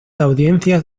audiencias